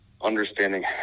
understanding